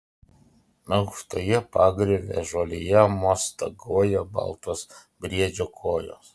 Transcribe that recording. aukštoje pagriovio žolėje mostaguoja baltos briedžio kojos